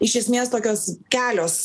iš esmės tokios kelios